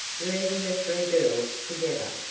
leaving the three girls together.